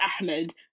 Ahmed